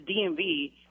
DMV